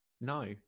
No